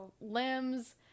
limbs